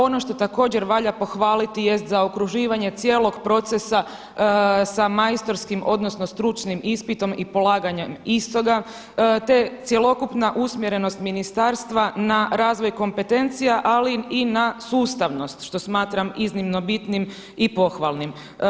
Ono što također valja pohvaliti jest zaokruživanje cijelog procesa sa majstorskim, odnosno stručnim ispitom i polaganjem istoga, te cjelokupna usmjerenost ministarstva na razvoj kompetencija ali i na sustavnost što smatram iznimno bitnim i pohvalnim.